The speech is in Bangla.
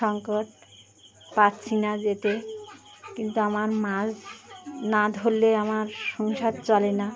সংকট পাচ্ছি না যেতে কিন্তু আমার মাছ না ধরলে আমার সংসার চলে না